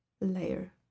layer